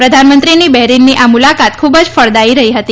પ્રધાનમંત્રીની બહરીનની આ મુલાકાત ખૂબ જ ફળદાથી રહી હતી